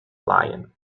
lion